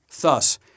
Thus